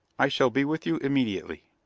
i shall be with you immediately.